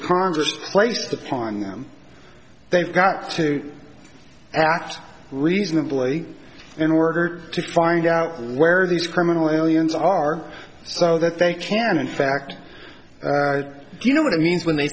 congress placed upon them they've got to act reasonably in order to find out where these criminal aliens are so that they can in fact do you know what it means when they